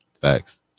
Facts